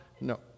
No